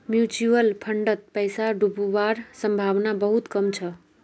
mutual फंडत पैसा डूबवार संभावना बहुत कम छ